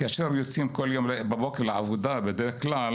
כאשר יוצאים כל יום בבוקר לעבודה בדרך כלל